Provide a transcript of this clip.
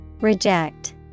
reject